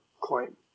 claim